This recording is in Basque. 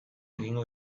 egingo